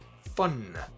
fun